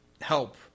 help